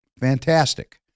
Fantastic